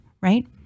right